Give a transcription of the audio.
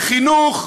לחינוך,